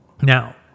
Now